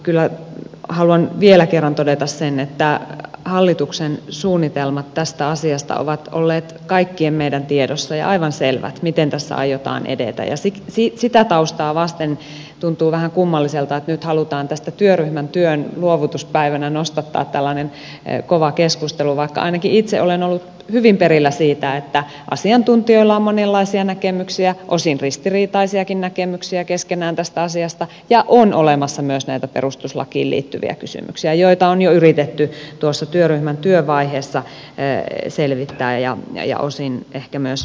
kyllä haluan vielä kerran todeta sen että hallituksen suunnitelmat tästä asiasta ovat olleet kaikkien meidän tiedossa ja aivan selvät miten tässä aiotaan edetä ja sitä taustaa vasten tuntuu vähän kummalliselta että nyt halutaan tästä työryhmän työn luovutuspäivänä nostattaa tällainen kova keskustelu vaikka ainakin itse olen ollut hyvin perillä siitä että asiantuntijoilla on monenlaisia näkemyksiä osin ristiriitaisiakin näkemyksiä keskenään tästä asiasta ja on olemassa myös näitä perustuslakiin liittyviä kysymyksiä joita on jo yritetty työryhmän työvaiheessa selvittää ja osin ehkä myös ratkoa